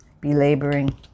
belaboring